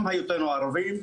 גם שהיותנו ערבים,